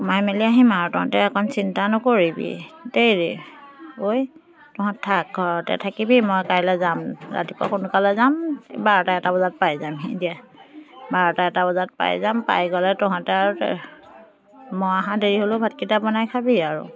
সোমাই মেলি আহিম আৰু তহঁতে অকণ চিন্তা নকৰিবি দেই ঐ তহঁত থাক ঘৰতে থাকিবি মই কাইলৈ যাম ৰাতিপুৱা সোনকালে যাম বাৰটা এটা বজাত পাই যামহি দিয়া বাৰটা এটা বজাত পাই যাম পাই গ'লে তহঁতে আৰু তে মই অহা দেৰি হ'লেও ভাতকেইটা বনাই খাবি আৰু